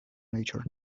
nature